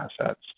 assets